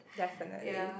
definitely